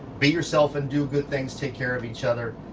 be yourself and do good things, take care of each other,